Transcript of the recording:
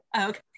Okay